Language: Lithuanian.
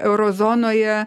euro zonoje